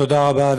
תודה רבה.